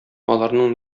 аларның